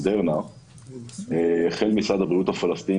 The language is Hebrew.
נציגי משרד האוצר